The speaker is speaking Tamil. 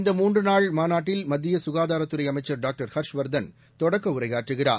இந்த மூன்று நாள் மாநாட்டில் மத்திய க்காதாரத் துறை அமைச்சா் டாக்டா் ஹா்ஷ்வா்தன் தொடக்க உரையாற்றுகிறார்